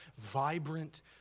vibrant